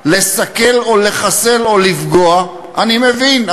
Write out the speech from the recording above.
לסכל או לחסל או לפגוע, אני מבין.